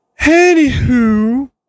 Anywho